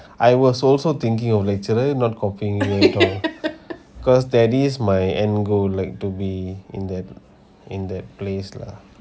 I was also thinking of lecturer not copying you also cause that is my end goal like to be in that in that place lah